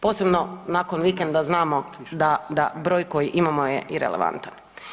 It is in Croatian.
Posebno nakon vikenda, znamo da broj koji imamo je irelevantan.